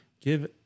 give